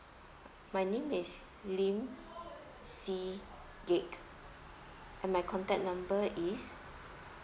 my name is lim see gaik and my contact number is